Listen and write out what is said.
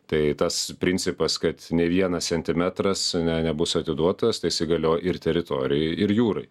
tai tas principas kad nei vienas centimetras ne nebus atiduotas tai jisai galioja ir teritorijai ir jūrai